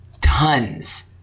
tons